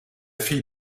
fille